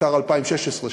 בעיקר 2016,